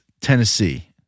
Tennessee